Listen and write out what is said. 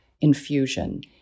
infusion